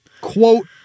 quote